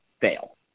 fail